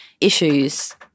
issues